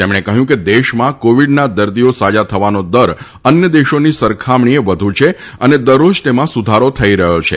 તેમણે કહ્યું કે દેશમાં કોવિડ દર્દી સાજા થવાનો દર અન્ય દેશોની સરખામણીએ વધુ છે અને દરરોજ તેમાં સુધારો થઈ રહ્યો છે